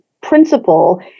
principle